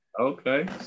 Okay